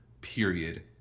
period